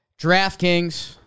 DraftKings